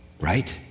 right